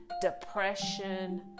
depression